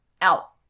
out